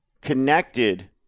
connected